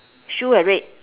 shoe eh red